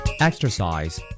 Exercise